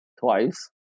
twice